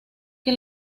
que